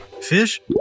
Fish